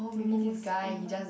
most famous